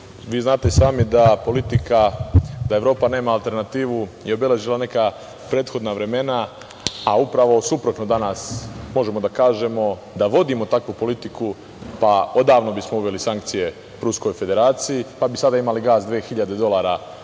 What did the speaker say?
vi znate i sami da je politika – Evropa nema alternativu obeležila prethodna vremena, a upravo suprotno možemo danas da kažemo da vodimo takvu politiku odavno bismo uveli sankcije Ruskoj Federaciji, pa bi sada imali gas 2.000 dolara